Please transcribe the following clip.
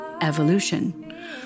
evolution